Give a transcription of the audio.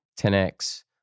10x